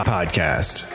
Podcast